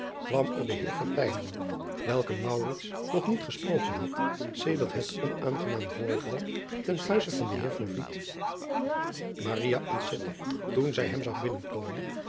kwam er de eer welken nog niet gesproken had sedert het onaangenaam voorval ten huize van den eer ontzette toen zij hem zag binnenkomen